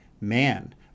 man